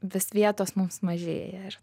vis vietos mums mažėja ir